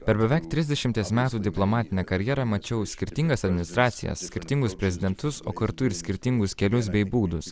per beveik trisdešimties metų diplomatinę karjerą mačiau skirtingas administracijas skirtingus prezidentus o kartu ir skirtingus kelius bei būdus